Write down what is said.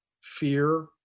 fear